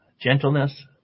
gentleness